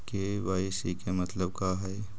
KYC के मतलब का हई?